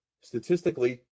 Statistically